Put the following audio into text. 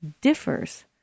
differs